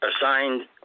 assigned